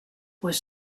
was